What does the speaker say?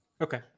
Okay